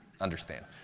understand